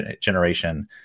generation